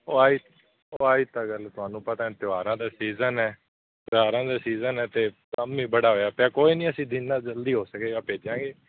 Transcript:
ਓਹ ਆਹੀ ਆਹੀ ਤਾਂ ਗੱਲ ਤੁਹਾਨੂੰ ਪਤਾ ਤਿਉਹਾਰਾਂ ਦਾ ਸੀਜ਼ਨ ਹੈ ਤਿਉਹਾਰਾਂ ਦਾ ਸੀਜ਼ਨ ਹੈ ਅਤੇ ਕੰਮ ਹੀ ਬੜਾ ਹੋਇਆ ਪਿਆ ਅਤੇ ਕੋਈ ਨਾ ਅਸੀਂ ਜਿੰਨਾਂ ਜਲਦੀ ਹੋ ਸਕੇ ਭੇਜਾਂਗੇ